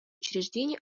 учреждений